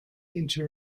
into